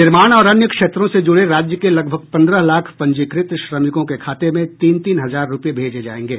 निर्माण और अन्य क्षेत्रों से जुड़े राज्य के लगभग पन्द्रह लाख पंजीकृत श्रमिकों के खाते में तीन तीन हजार रूपये भेजे जायेंगे